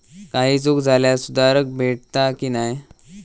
काही चूक झाल्यास सुधारक भेटता की नाय?